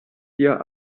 dir